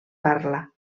parla